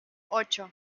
ocho